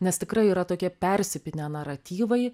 nes tikrai yra tokie persipynę naratyvai